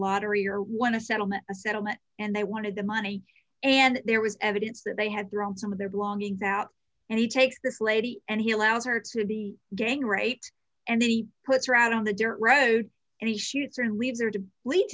lottery or won a settlement a settlement and they wanted the money and there was evidence that they had thrown some of their belongings out and he takes this lady and he allows her to be gang raped and then he puts her out on the dirt road and he shoots and leaves are to lead